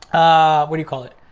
a, what do you call it?